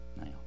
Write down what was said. Now